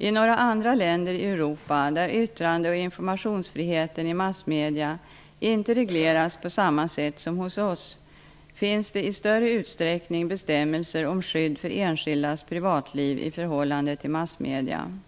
I några andra länder i Europa, där yttrande och informationsfriheten i massmedierna inte regleras på samma sätt som hos oss, finns det i större utsträckning bestämmelser om skydd för enskildas privatliv i förhållande till massmedierna.